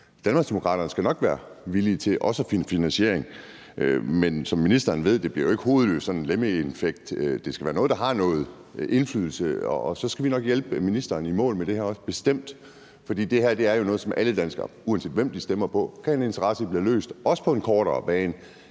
Danmarksdemokraterne skal nok også være villige til at finde finansiering, men som ministeren ved, bliver det jo ikke hovedløst eller på grund af sådan en lemmingeeffekt. Det skal være noget, der har noget indflydelse, og så skal vi bestemt nok også hjælpe ministeren i mål med det her. For det her er jo noget, som alle danskere, uanset hvem de stemmer på, kan have en interesse i bliver løst, også på en kortere bane,